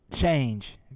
Change